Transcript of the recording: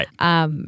Right